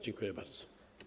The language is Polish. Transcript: Dziękuję bardzo.